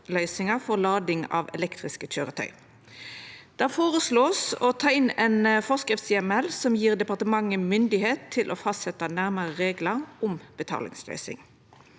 for lading av elektriske køyretøy. Det vert føreslått å ta inn ein forskriftsheimel som gjev departementet myndigheit til å fastsetja nærmare reglar om betalingsløysing.